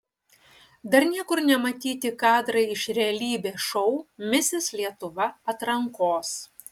dar niekur nematyti kadrai iš realybės šou misis lietuva atrankos